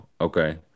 Okay